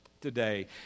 today